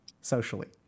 socially